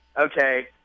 okay